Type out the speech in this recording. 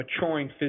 maturing